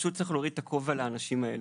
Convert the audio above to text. פשוט צריך להוריד את הכובע בפני האנשים האלה.